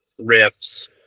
riffs